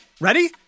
Ready